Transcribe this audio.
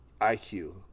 IQ